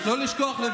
אני הולך לאכול.